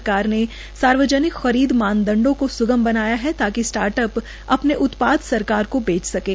सरकार ने सार्वजनिक खरीद मानदंडो को स्गम बनाया है ताकि स्टार्ट अप अपने उत्पाद सरकार को बेच सकें